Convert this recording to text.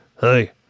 hey